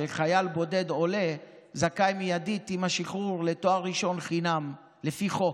שחייל בודד עולה זכאי מיידית עם השחרור לתואר ראשון חינם לפי חוק.